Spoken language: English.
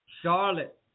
Charlotte